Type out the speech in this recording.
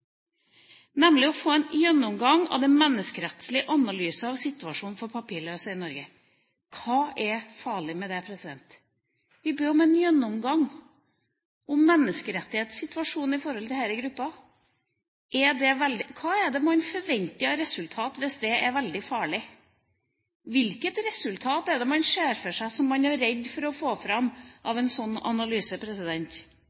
nemlig om å få en menneskerettslig analyse av situasjonen for papirløse i Norge. Hva er farlig med det? Vi ber om en gjennomgang av menneskerettighetssituasjonen for denne gruppa. Hva er det man forventer av resultat hvis det er veldig farlig? Hvilket resultat er det man ser for seg som man er redd for å få fram